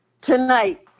tonight